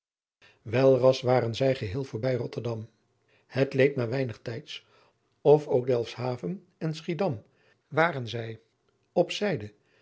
welras waren zij geheel voorbij rotterdam het leed maar weinig tijds of ook delfshaven en schiedam waren zij op zijde